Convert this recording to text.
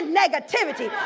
negativity